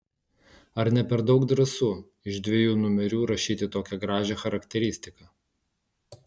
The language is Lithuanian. ar ne per daug drąsu iš dviejų numerių rašyti tokią gražią charakteristiką